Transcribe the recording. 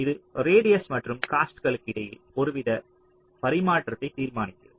இது ரேடியஸ் மற்றும் காஸ்ட்க்கு இடையில் ஒருவித பரிமாற்றத்தை தீர்மானிக்கிறது